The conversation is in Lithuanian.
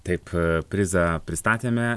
taip prizą pristatėme